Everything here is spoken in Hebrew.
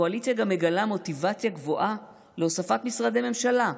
הקואליציה גם מגלה מוטיבציה גבוהה להוספת משרדי ממשלה,